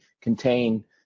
contain